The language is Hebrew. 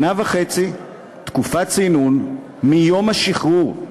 שנה וחצי תקופת צינון מיום השחרור.